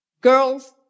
girls